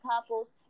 couples